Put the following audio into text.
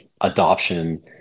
adoption